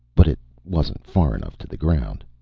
but it wasn't far enough to the ground.